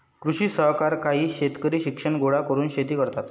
कृषी सहकार काही शेतकरी शिक्षण गोळा करून शेती करतात